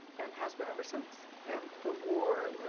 and has been ever since. and the war,